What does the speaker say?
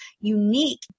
unique